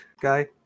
guy